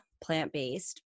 plant-based